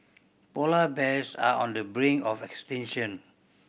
polar bears are on the brink of extinction